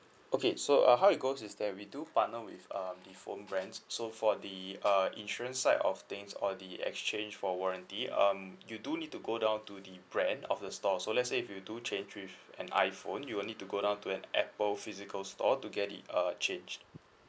okay so uh how it goes is that we do partner with um the phone brands so for the uh insurance side of things or the exchange for warranty um you do need to go down to the brand of the store so let's say if you do change with an iphone you will need to go down to an Apple physical store to get it uh changed